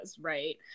right